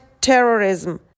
terrorism